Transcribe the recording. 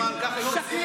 את